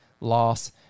loss